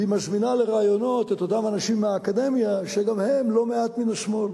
והיא מזמינה לראיונות את אותם אנשים מהאקדמיה שגם הם לא מעט מן השמאל.